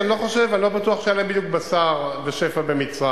אני לא בטוח שהיה להם בדיוק בשר בשפע במצרים,